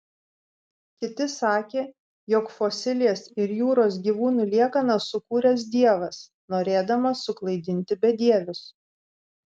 kiti sakė jog fosilijas ir jūros gyvūnų liekanas sukūręs dievas norėdamas suklaidinti bedievius